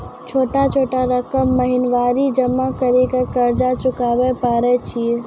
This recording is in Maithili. छोटा छोटा रकम महीनवारी जमा करि के कर्जा चुकाबै परए छियै?